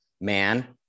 man